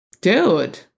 dude